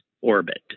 orbit